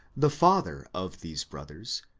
the father of these brothers,